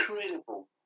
incredible